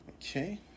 Okay